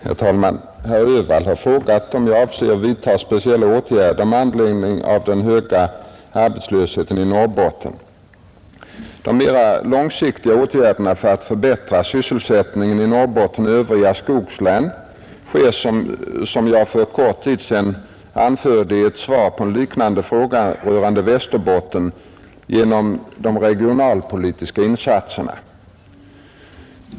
Herr talman! Herr Öhvall har frågat om jag avser att vidta speciella åtgärder med anledning av de höga arbetslöshetssiffrorna i Norrbotten. De mera långsiktiga åtgärderna för att förbättra sysselsättningen i Norrbotten och övriga skogslän sker, såsom jag för kort tid sedan anförde i ett svar på en liknande fråga rörande Västerbotten, genom de regionalpolitiska insatserna.